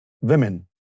women